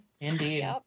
Indeed